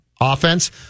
offense